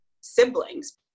siblings